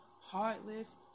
heartless